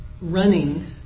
running